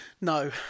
No